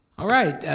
all right,